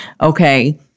Okay